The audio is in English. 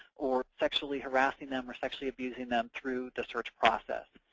or sexually harassing them or sexually abusing them through the search process.